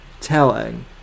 telling